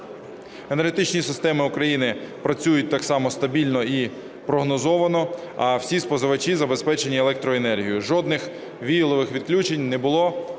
Енергетичні системи України працюють так само стабільно і прогнозовано, а всі споживачі забезпечені електроенергією. Жодних віялових відключень не було